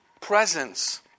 presence